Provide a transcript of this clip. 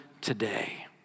today